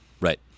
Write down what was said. Right